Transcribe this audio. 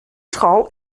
school